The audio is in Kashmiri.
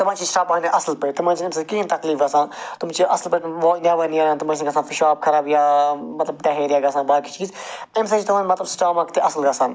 تِمَن چھِ شرٛۄپان بیٚیہِ اصٕل پٲٹھۍ تِمَن چھِنہٕ اَمہِ سۭتۍ کِہیٖنۍ تَکلیٖف گَژھان تِم چھِ اصٕل پٲٹھۍ نٮ۪بَر نیران تِمَن چھِنہٕ گَژھان پِشاب خراب یا مطلب ڈَہیریا گَژھان باقٕے چیٖز اَمہِ سۭتۍ چھِ تِمَن مَطلَب سٕٹامَک تہِ اصٕل گَژھان